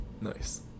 Nice